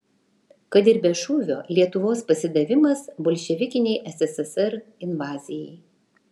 kad ir be šūvio lietuvos pasidavimas bolševikinei sssr invazijai